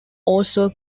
also